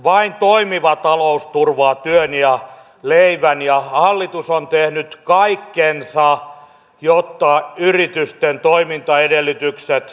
vain toimiva talous turvaa työn ja leivän ja hallitus on tehnyt kaikkensa jotta yritysten toimintaedellytykset paranevat